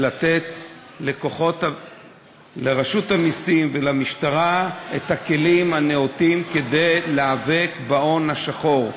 ולתת לרשות המסים ולמשטרה את הכלים הנאותים להיאבק בהון השחור,